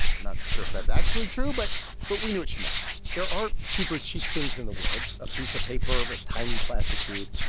not sure if that's actually true but but we knew what she meant there are super-cheap things in the world a piece of paper, a tiny plastic bead.